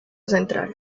central